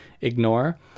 ignore